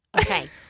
Okay